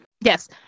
Yes